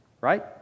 right